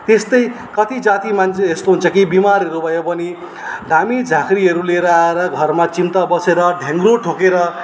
त्यस्तै कति जाति मान्छे यस्तो हुन्छ कि बिमारहरू भयो भने धामी झाँक्रीहरू लिएर आएर घरमा चिन्ता बसेर ढ्याङ्ग्रो ठोकेर